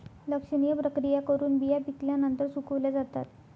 लक्षणीय प्रक्रिया करून बिया पिकल्यानंतर सुकवल्या जातात